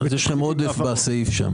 אז יש לכם עודף בסעיף הזה.